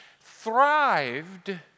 thrived